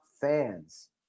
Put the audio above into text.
fans